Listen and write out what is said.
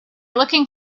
looking